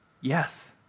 Yes